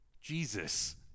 Jesus